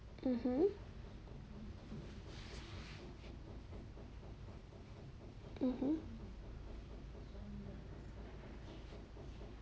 mmhmm mmhmm